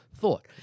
thought